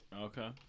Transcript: Okay